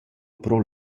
pro